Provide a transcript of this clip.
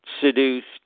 seduced